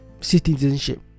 Citizenship